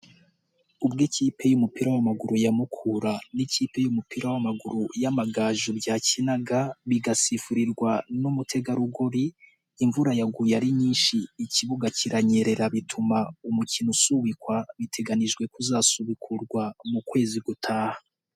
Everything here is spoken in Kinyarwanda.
Ubwo ikipe y'umupira w'amaguru ya Mukura n'ikipe y'umupira w'amaguru y'Amagaju byakinaga bigasifurirwa n'umutegarugori imvura yaguye ari nyinshi ikibuga kiranyerera bituma umukino usubikwa biteganijwe ko uzasubukurwa mu kwezi gutaha.